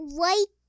right